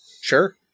Sure